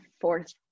fourth